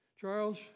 Charles